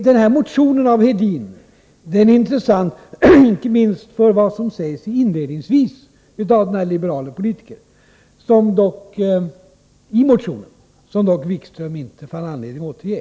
Denna motion av Hedin är intressant icke minst för vad som sägs inledningsvis av denne liberale politiker, vilket herr Wikström dock inte fann anledning att återge.